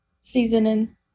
seasoning